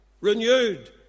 Renewed